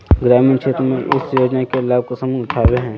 ग्रामीण क्षेत्र में इस योजना के लाभ कुंसम उठावे है?